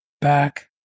back